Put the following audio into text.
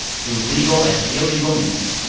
through legal and illegal means,